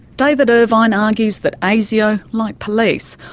david irvine argues that asio, like police,